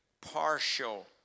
partial